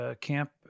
camp